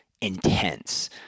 intense